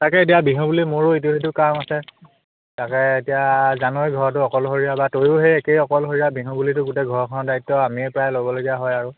তাকে এতিয়া বিহু বুলি মোৰো ইটো সিটো কাম আছে তাকে এতিয়া জানই ঘৰতো অকলশৰীয়া বা তয়ো সেই একেই অকলশৰীয়া বিহু বুলিতো গোটেই ঘৰখনৰ দায়িত্ব আমিয়েই প্ৰায় ল'বলগীয়া হয় আৰু